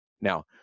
Now